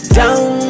down